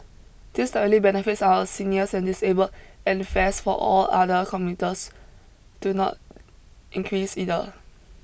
this directly benefits our seniors and disabled and fares for all other commuters do not increase either